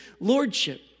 lordship